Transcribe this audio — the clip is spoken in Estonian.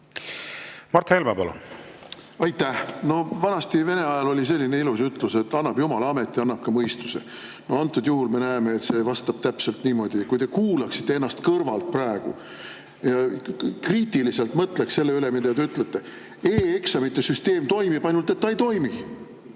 Mart Helme, palun! Aitäh! No vanasti Vene ajal oli selline ilus ütlus, et annab jumal ameti, annab ka mõistuse. Antud juhul me näeme, et see täpselt niimoodi on. Kui te kuulaksite ennast praegu kõrvalt ja kriitiliselt mõtleksite selle üle, mis te ütlesite: e-eksamite süsteem toimib, ainult et ta ei toimi.